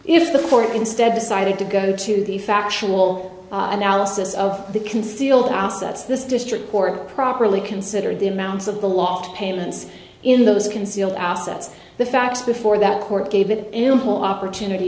if the court instead decided to go to the factual analysis of the concealed assets this district court properly consider the amounts of the law of payments in those concealed assets the facts before that court gave it ample opportunity